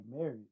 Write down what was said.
married